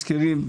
מזכירים,